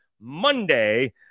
Monday